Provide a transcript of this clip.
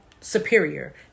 superior